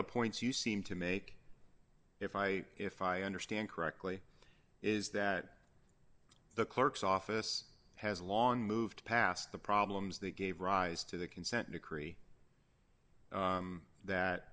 the points you seem to make if i if i understand correctly is that the clerk's office has long moved past the problems that gave rise to the consent decree that